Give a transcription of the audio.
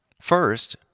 First